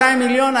200 מיליון,